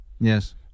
Yes